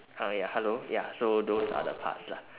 ah ya hello ya so those are the parts lah